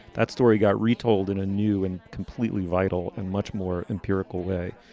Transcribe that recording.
that story got retold in a new and completely vital and much more empirical way.